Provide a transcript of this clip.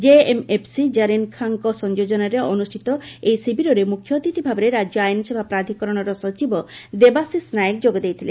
JMFC Jarin ଖାଁଙ୍ ସଂଯୋଜନାରେ ଅନୁଷ୍ପିତ ଏହି ଶିବିରରେ ମୁଖ୍ୟ ଅତିଥିଭାବେ ରାଜ୍ୟ ଆଇନସେବା ପ୍ରାଧିକରଣର ସଚିବ ଦେବାଶିଷ ନାୟକ ଯୋଗ ଦେଇଥିଲେ